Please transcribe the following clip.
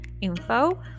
info